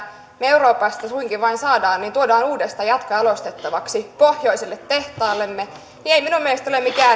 me euroopasta suinkin vain saamme tuodaan uudestaan jatkojalostettavaksi pohjoisille tehtaillemme ei minun mielestäni ole mikään